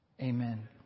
amen